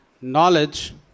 knowledge